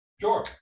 sure